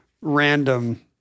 random